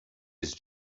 his